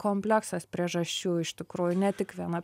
kompleksas priežasčių iš tikrųjų ne tik viena